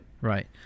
Right